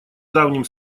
давним